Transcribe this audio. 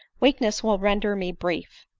weak ness will render me brief.